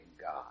God